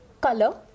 color